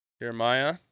Jeremiah